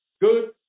good